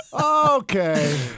Okay